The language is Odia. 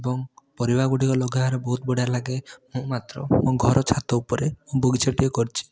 ଏବଂ ପରିବା ଗୁଡ଼ିକ ଲଗାଇବାରେ ବହୁତ ବଢ଼ିଆ ଲାଗେ ମୁଁ ମାତ୍ର ମୋ ଘର ଛାତ ଉପରେ ବଗିଚାଟିଏ କରିଛି